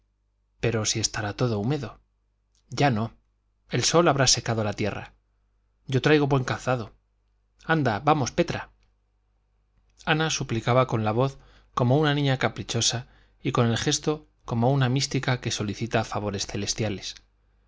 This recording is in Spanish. pero si estará todo húmedo ya no el sol habrá secado la tierra yo traigo buen calzado anda vamos petra ana suplicaba con la voz como una niña caprichosa y con el gesto como una mística que solicita favores celestiales